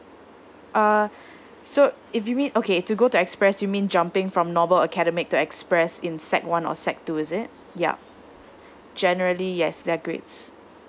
uh so if you mean okay to go to express you mean jumping from normal academic to express in sec one or sec two is it yup generally yes their grades